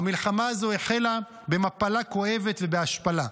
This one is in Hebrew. המלחמה הזו החלה במפלה כואבת ובהשפלה.